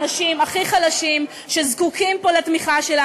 כל חברי ועדת הכספים חתומים עליה.